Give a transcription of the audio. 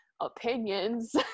opinions